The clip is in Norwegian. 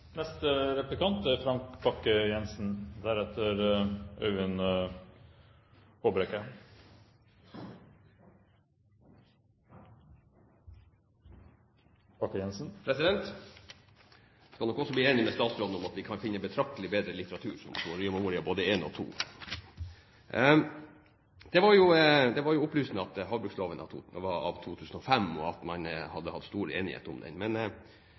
nok også bli enig med statsråden i at vi kan finne betraktelig bedre litteratur enn det som står i Soria Moria, både I og II. Det var opplysende at havbruksloven var av 2005, og at man hadde hatt stor enighet om den. Men